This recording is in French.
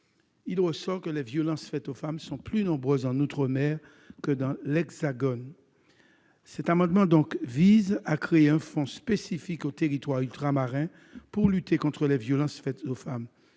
en ressort que les violences faites aux femmes sont plus nombreuses que dans l'Hexagone. Cet amendement vise à créer un fonds spécifique aux territoires ultramarins pour lutter contre ces violences. Il serait